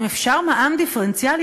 אם אפשר להנהיג מע"מ דיפרנציאלי,